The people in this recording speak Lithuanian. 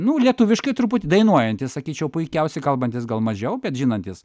nu lietuviškai truputį dainuojantis sakyčiau puikiausiai kalbantis gal mažiau bet žinantis